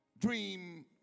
dream